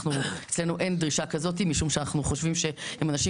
אצלנו אין דרישה כזאת משום שאנחנו חושבים שאם אנשים